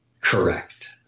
Correct